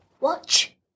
Watch